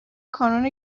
کانون